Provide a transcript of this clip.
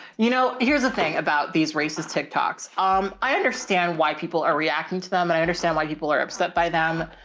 you know. here's the thing about these races. tiktoks. um, i understand why people are reacting to them and i understand why people are upset by them.